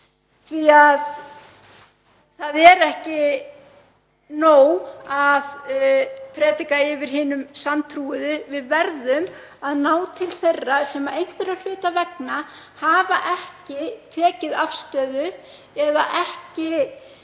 mál. Það er ekki nóg að predika yfir hinum sanntrúuðu, við verðum að ná til þeirra sem einhverra hluta vegna hafa ekki tekið afstöðu eða ekki